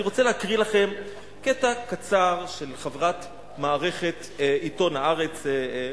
אני רוצה להקריא לכם קטע קצר של חברת מערכת עיתון "הארץ",